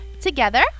together